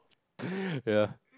ya